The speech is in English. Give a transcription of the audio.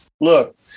look